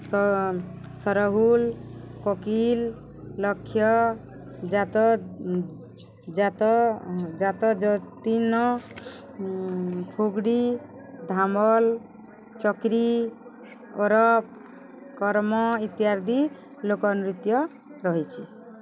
ସରହୁଲ କକିଲ୍ ଲକ୍ଷ ଜାତ ଜାତ ଜାତ ଜ୍ୟତିୀନ ଫୁଗଡ଼ି ଧାମଲ ଚକରୀ ଅରଫ କର୍ମ ଇତ୍ୟାଦି ଲୋକନୃତ୍ୟ ରହିଛି